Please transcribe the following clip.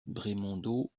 brémondot